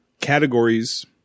categories